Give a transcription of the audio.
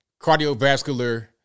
cardiovascular